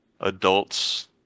adults